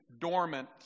dormant